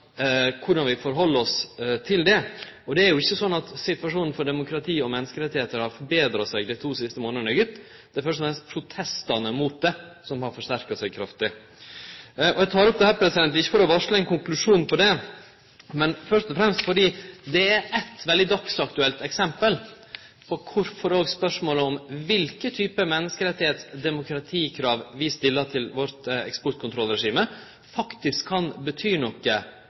har forbetra seg dei to siste månadene i Egypt; det er først og fremst protestane som har forsterka seg kraftig. Eg tek ikkje opp dette for å varsle ein konklusjon på det, men først og fremst fordi det er eit veldig dagsaktuelt eksempel på at kva typar menneskerettsdemokratikrav vi stiller til vårt eksportkontrollregime, faktisk kan bety noko